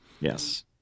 Yes